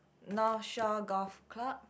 North Shore Golf Club